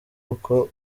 uko